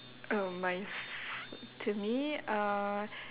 uh my f~ to me uh